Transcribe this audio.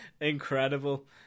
Incredible